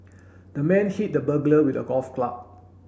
the man hit the burglar with a golf club